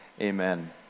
amen